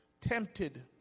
Tempted